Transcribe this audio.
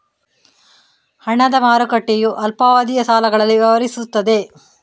ಹಣದ ಮಾರುಕಟ್ಟೆಯು ಅಲ್ಪಾವಧಿಯ ಸಾಲಗಳಲ್ಲಿ ವ್ಯವಹರಿಸುತ್ತದೆ